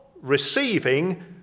receiving